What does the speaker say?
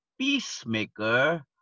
peacemaker